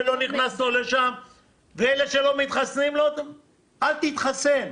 אלה שלא מתחסנים, אל תתחסנו,